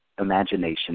Imagination